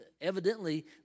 evidently